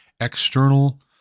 external